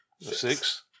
Six